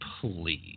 please